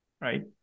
right